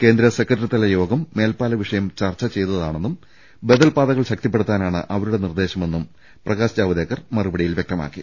കേന്ദ്ര സെക്രട്ടറിതല യോഗം മേൽപ്പാലം വിഷയം ചർച്ച ചെയ്തതാണെന്നും ബദൽ പാതകൾ ശക്തിപ്പെടുത്താനാണ് അവ രുടെ നിർദ്ദേശമെന്നും പ്രകാശ് ജാവ്ദേക്കർ മറുപടിയിൽ വ്യക്തമാക്കി